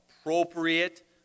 appropriate